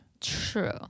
True